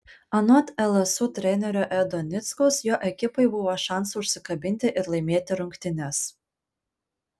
anot lsu trenerio edo nickaus jo ekipai buvo šansų užsikabinti ir laimėti rungtynes